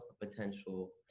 potential